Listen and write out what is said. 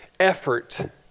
Effort